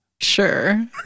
Sure